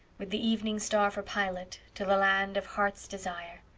with the evening star for pilot, to the land of heart's desire.